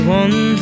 one